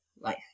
life